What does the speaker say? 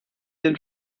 den